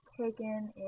taken